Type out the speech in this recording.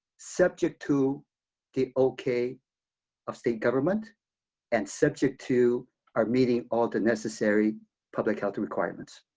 subject to the ok of state government and subject to our meeting all the necessary public health requirements.